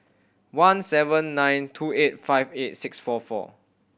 one seven nine two eight five eight six four four